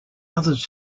others